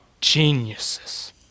geniuses